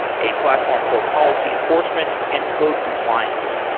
a platform for policy enforcement and code compliance.